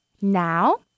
Now